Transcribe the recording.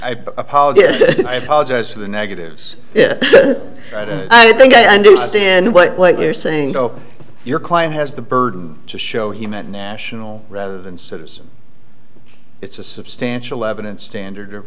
i apologize i apologize for the negatives i don't think i understand what you're saying though your client has the burden to show him that national rather than citizen it's a substantial evidence standard of